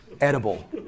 edible